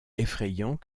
effrayant